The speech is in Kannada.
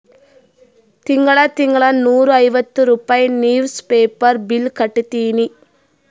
ತಿಂಗಳಾ ತಿಂಗಳಾ ನೂರಾ ಐವತ್ತ ರೂಪೆ ನಿವ್ಸ್ ಪೇಪರ್ ಬಿಲ್ ಕಟ್ಟತ್ತಿನಿ